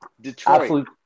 Detroit